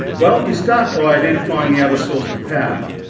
well, you start by identifying the other source of power.